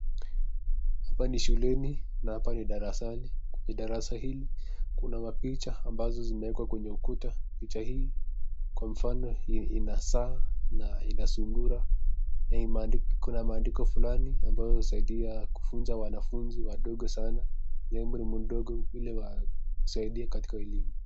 Hapa ni shuleni na hapa ni darasani, kwenye darasa hili kuna mapicha ambazo zimewekwa kwenye ukuta. Picha hii kwa mfano ina saa na ina sungura, na kuna maandiko fulani ambao husaidia kufunza wanafunzi wadogo sana. nembo ni mdogo ili wasaidie katika elimu